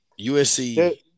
USC